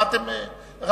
מה אתם, ?